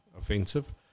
offensive